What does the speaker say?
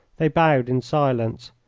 they bowed in silence,